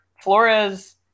Flores